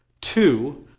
two